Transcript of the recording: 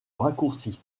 raccourcis